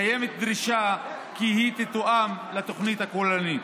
קיימת דרישה כי היא תותאם לתוכנית הכוללנית.